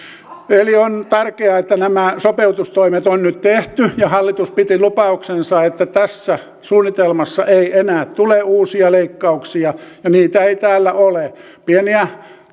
on tärkeää että nämä sopeutustoimet on nyt tehty ja hallitus piti lupauksensa että tässä suunnitelmassa ei enää tule uusia leikkauksia ja niitä ei täällä ole pieniä